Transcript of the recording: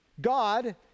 God